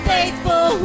Faithful